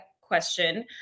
question